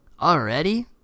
already